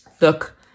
look